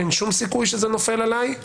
אין שום סיכוי שזה נופל עליי?